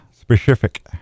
specific